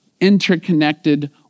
interconnected